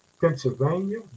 Pennsylvania